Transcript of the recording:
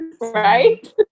Right